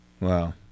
Wow